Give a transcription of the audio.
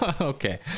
Okay